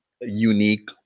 unique